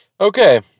Okay